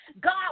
God